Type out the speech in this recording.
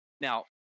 Now